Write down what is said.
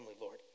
Lord